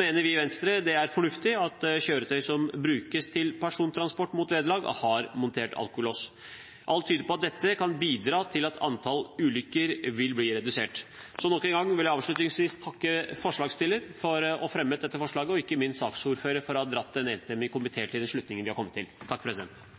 mener vi i Venstre det er fornuftig at kjøretøy som brukes til persontransport mot vederlag, har montert alkolås. Alt tyder på at dette kan bidra til at antall ulykker vil bli redusert. Nok en gang vil jeg takke forslagsstilleren for å fremme dette forslaget og ikke minst saksordføreren for å ha dratt en enstemmig komité til den slutningen den har kommet til.